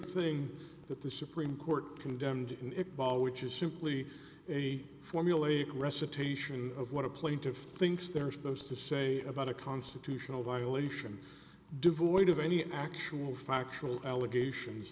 thing that the supreme court condemned and it ball which is simply a formulaic recitation of what a plaintiff thinks they're supposed to say about a constitutional violation devoid of any actual factual allegations